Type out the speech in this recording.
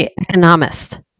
economist